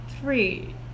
three